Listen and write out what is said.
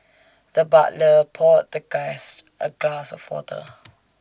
the butler poured the guest A glass of water